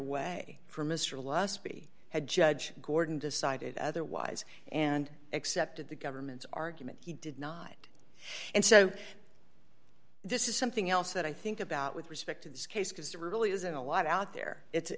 way for mr lusby had judge gordon decided otherwise and accepted the government's argument he did not and so this is something else that i think about with respect to this case because there really isn't a lot out there it's